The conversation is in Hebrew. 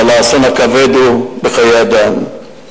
אבל האסון הכבד הוא בחיי אדם.